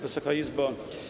Wysoka Izbo!